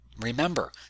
Remember